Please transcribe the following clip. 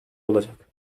olacak